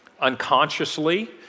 unconsciously